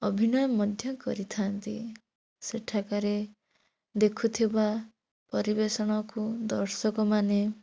ଅଭିନୟ ମଧ୍ୟ କରିଥାନ୍ତି ସେଠାକାରେ ଦେଖୁଥିବା ପରିବେଷଣକୁ ଦର୍ଶକମାନେ